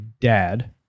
dad